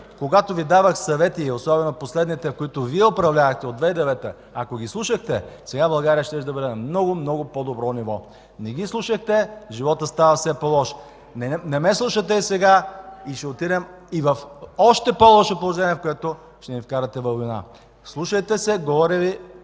когато Ви давах съвети, и особено последните, в които Вие управлявахте, от 2009 година, ако ги слушахте, сега България щеше да бъде на много, много по-добро ниво. Не ги слушахте, животът става все по-лош. Не ме слушате и сега и ще отидем в още по-лошо положение, в което ще ни вкарате във война. Вслушайте се, говоря Ви